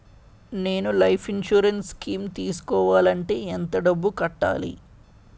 నేను life insurance scheme తీసుకోవాలంటే ఎంత డబ్బు కట్టాలి?